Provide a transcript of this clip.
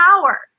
power